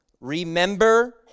Remember